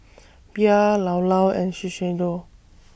Bia Llao Llao and Shiseido